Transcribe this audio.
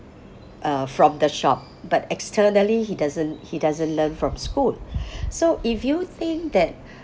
uh from the shop but externally he doesn't he doesn't learn from school so if you think that